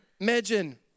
imagine